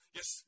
Yes